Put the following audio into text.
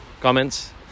comments